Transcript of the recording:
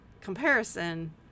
comparison